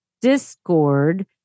Discord